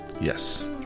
yes